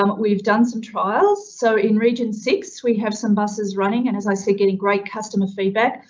um we've done some trials. so in region six we have some buses running and as i say, getting great customer feedback.